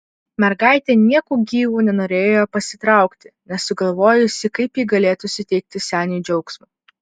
mergaitė nieku gyvu nenorėjo pasitraukti nesugalvojusi kaip ji galėtų suteikti seniui džiaugsmo